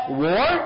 war